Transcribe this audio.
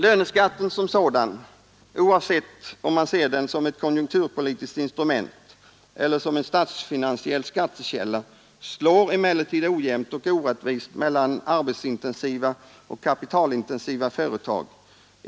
Löneskatten som sådan, oavsett om man ser den som ett konjunktur Politiskt instrument eller som en statsfinansiell skattekälla, slår emellertid ojämt och orättvist mellan arbetsintensiva och kapitalintensiva företag.